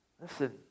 Listen